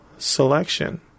selection